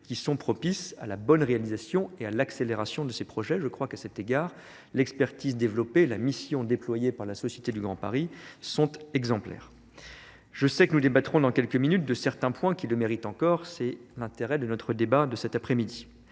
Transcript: qui sont propices à la bonne réalisation et à l'accélération de ces projets je crois qu'à cet égard l'expertise développée et la mission déployée par la société du grand paris sont exemplaires sais que nous débattrons dans quelques minutes de certains points qui le méritent encore c'est l'intérêt de notre débat de cet après midi